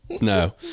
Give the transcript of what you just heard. no